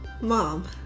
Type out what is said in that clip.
Mom